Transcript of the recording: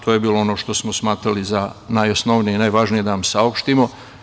To je bilo ono što smo smatrali za najosnovnije i najvažnije da vam saopštimo.